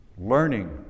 learning